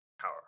power